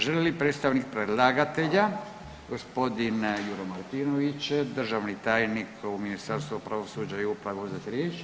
Želi li predstavnik predlagatelja gospodin Juro Martinović, državni tajnik u Ministarstvu pravosuđa i uprave uzeti riječ?